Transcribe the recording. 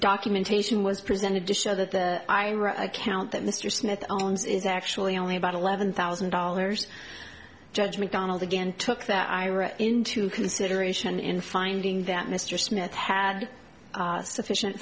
documentation was presented to show that the ira account that mr smith owns is actually only about eleven thousand dollars judgment donald again took that into consideration in finding that mr smith had sufficient